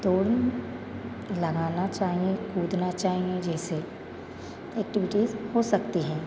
दौड़ लगाना चाहिए कूदना चाहिए जैसे एक्टिविटीज़ हो सकती हैं